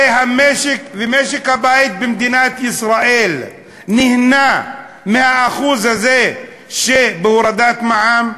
ומשק-הבית במדינת ישראל נהנו מה-1% הזה שבהורדת מע"מ?